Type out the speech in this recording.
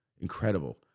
Incredible